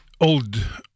old